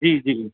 ਜੀ ਜੀ